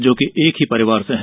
जो कि एक ही परिवार से हैं